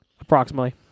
approximately